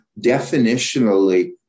definitionally